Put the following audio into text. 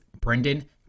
Brendan